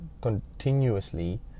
continuously